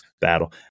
battle